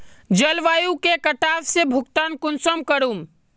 जलवायु के कटाव से भुगतान कुंसम करूम?